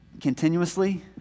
continuously